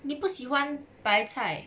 你不喜欢白菜